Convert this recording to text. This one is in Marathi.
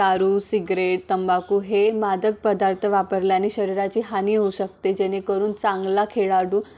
दारू सिगरेट तंबाकू हे मादक पदार्थ वापरल्याने शरीराची हानी होऊ शकते जेणेकरून चांगला खेळाडू